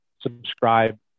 subscribe